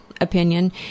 opinion